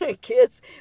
kids